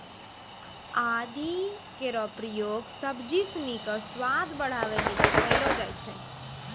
आदि केरो प्रयोग सब्जी सिनी क स्वाद बढ़ावै लेलि कयलो जाय छै